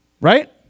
right